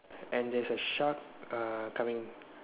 and there is a shark err coming